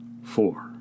four